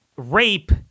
rape